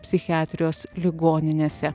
psichiatrijos ligoninėse